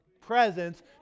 presents